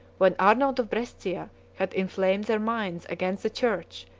when arnold of brescia had inflamed their minds against the church,